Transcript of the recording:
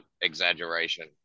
exaggeration